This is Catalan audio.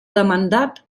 demandat